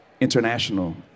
international